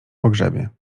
pogrzebie